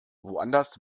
woanders